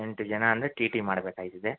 ಎಂಟು ಜನ ಅಂದರೆ ಟೀ ಟೀ ಮಾಡ್ಬೇಕಾಗ್ತದೆ